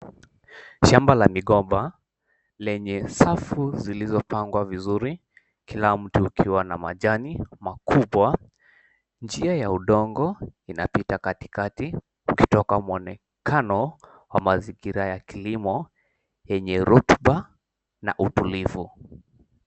Shamba la migomba lenye safu zilizopangwa vizuri kila mtu ikiwa na majani makubwa njia ya udongo imipita katikati ikitoka muonekano wa mazingira ya kilimo yenye rutuba na utulivu.